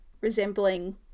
resembling